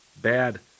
Bad